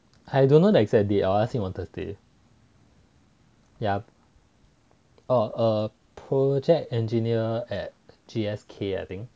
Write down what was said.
I don't know the exact date I will ask him on thursday yeah err err project engineer at G_S_K I think